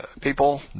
people